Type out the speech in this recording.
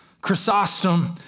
Chrysostom